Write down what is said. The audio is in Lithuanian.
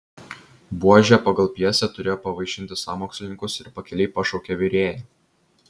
buožė pagal pjesę turėjo pavaišinti sąmokslininkus ir pakiliai pašaukė virėją